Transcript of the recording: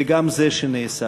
וגם זה שנאסף.